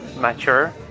mature